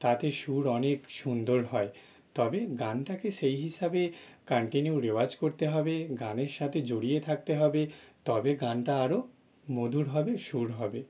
তাতে সুর অনেক সুন্দর হয় তবে গানটাকে সেই হিসাবে কান্টিনিউ রেওয়াজ করতে হবে গানের সাথে জড়িয়ে থাকতে হবে তবে গানটা আরো মধুর হবে সুর হবে